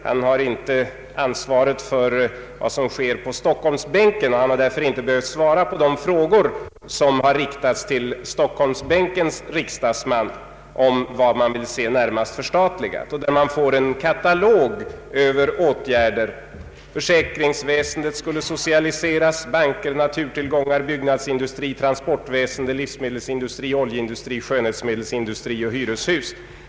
Han har inte ansvaret för vad som sker på Stockholmsbänken och har därför inte behövt svara på de frågor som riktats till en riksdagsman på Stockholmsbänken om vad man vill se närmast förstatligat. Det har blivit en katalog över åtgärder. Försäkringsväsendet skulle socialiseras liksom banker, naturtillgångar, byggnadsindustri, transportväsende, livsmedelsindustri, oljeindustri, skönhetsmedelsindustri och hyreshus.